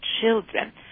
children